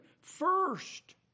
first